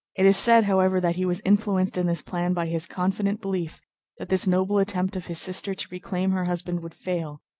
it is said, however, that he was influenced in this plan by his confident belief that this noble attempt of his sister to reclaim her husband would fail,